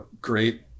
great